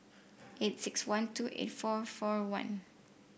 eight six one two eight four four one